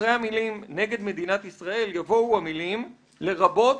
אחרי המילים "נגד מדינת ישראל" יבואו המילים "לרבות